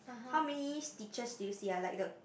how many stitches did you see ah like the